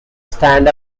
stand